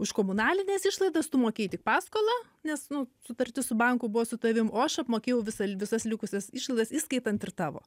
už komunalines išlaidas tu mokėjai tik paskolą nes nu sutartis su banku buvo su tavim o aš apmokėjau visa visas likusias išlaidas įskaitant ir tavo